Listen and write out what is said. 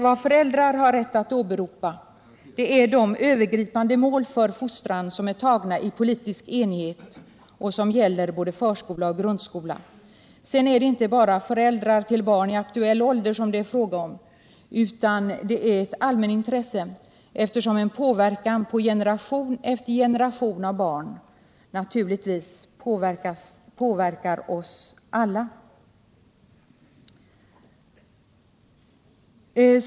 Vad föräldrar har rätt att åberopa är de övergripande mål för fostran som är antagna i politisk enighet och som gäller både förskola och grundskola. Och det är inte bara föräldrar till barn i aktuell ålder det är fråga om, utan detta är ett allmänintresse eftersom påverkan på generation efter generation av barn naturligtvis påverkar oss alla.